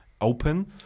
open